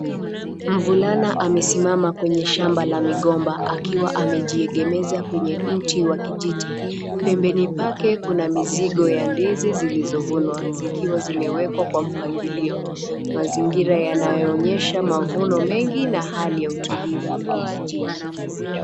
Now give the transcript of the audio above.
Mvulana amesimama kwenye shamba la mingomba akiwa amejiengemeza kwenye mti wa kijiti. Pembeni pake kuna mizigo ya ndizi zilizo vunwa zikiwa zimewekwa kwa mpangilio. Mazingira yanaonesha mavuno mengi na hali ya utulivu kijijini.